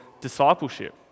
discipleship